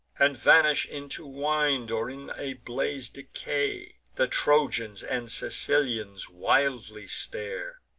and vanish into wind, or in a blaze decay. the trojans and sicilians wildly stare,